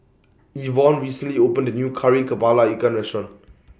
Yvonne recently opened A New Kari Kepala Ikan Restaurant